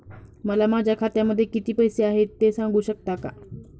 मला माझ्या खात्यामध्ये किती पैसे आहेत ते सांगू शकता का?